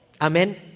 Amen